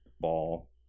ball